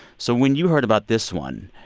so when you heard about this one,